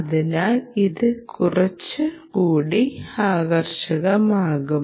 അതിനാൽ ഇത് കുറച്ചുകൂടി ആകർഷകമാക്കും